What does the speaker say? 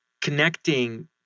connecting